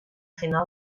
final